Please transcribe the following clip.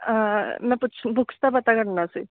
ਮੈਂ ਪੁੱਛ ਬੁੱਕਸ ਦਾ ਪਤਾ ਕਰਨਾ ਸੀ